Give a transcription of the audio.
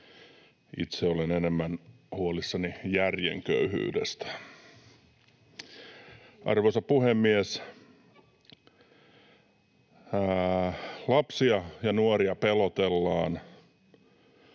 itse olen enemmän huolissani järjen köyhyydestä. Arvoisa puhemies! Lapsia ja nuoria pelotellaan